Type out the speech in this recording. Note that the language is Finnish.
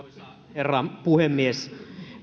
herra puhemies